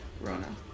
Rona